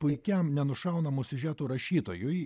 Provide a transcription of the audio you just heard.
puikiam nenušaunamų siužeto rašytojui